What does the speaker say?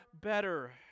better